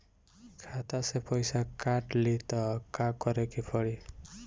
खाता से पैसा काट ली त का करे के पड़ी?